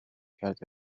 کرد